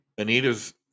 Anita's